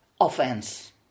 offense